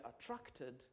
attracted